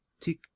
tick